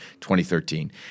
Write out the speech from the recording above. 2013